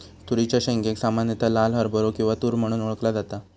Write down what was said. तुरीच्या शेंगेक सामान्यता लाल हरभरो किंवा तुर म्हणून ओळखला जाता